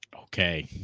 Okay